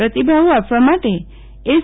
પ્રતિભાવો આપવા માટે એસ